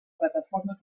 plataforma